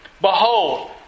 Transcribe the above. behold